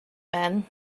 men